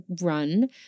run